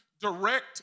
direct